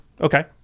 Okay